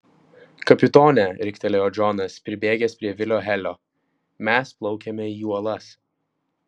kapitone riktelėjo džonas pribėgęs prie vilio helio mes plaukiame į uolas